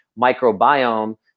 microbiome